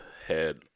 Head